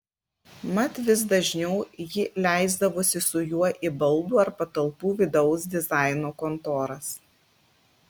mat vis dažniau ji leisdavosi su juo į baldų ar patalpų vidaus dizaino kontoras